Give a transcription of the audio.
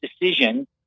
decision